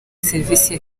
serivisi